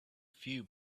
few